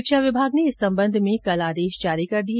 शिक्षा विभाग ने इस संबंध में कल आदेश जारी कर दिए